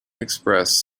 express